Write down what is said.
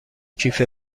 کیف